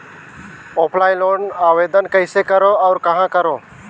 Offline loan आवेदन कइसे करो और कहाँ करो?